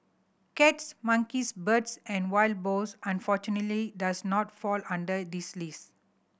cats monkeys birds and wild boars unfortunately does not fall under this list